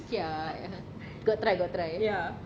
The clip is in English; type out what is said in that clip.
kesian got try got try